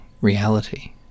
reality